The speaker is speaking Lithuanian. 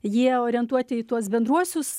jie orientuoti į tuos bendruosius